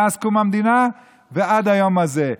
מאז קום המדינה ועד היום הזה.